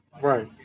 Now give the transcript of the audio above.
Right